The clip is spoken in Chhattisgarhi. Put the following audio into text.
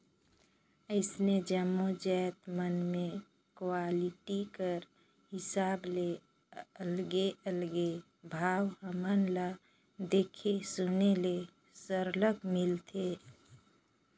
अइसने जम्मो जाएत मन में क्वालिटी कर हिसाब ले अलगे अलगे भाव हमन ल देखे सुने ले सरलग मिलथे